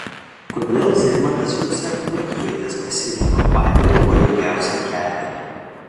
kodėl zigmantas liuksemburgietis pasirinko patį pavojingiausią kelią